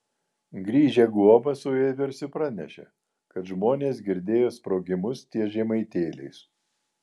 grįžę guoba su vieversiu pranešė kad žmonės girdėjo sprogimus ties žemaitėliais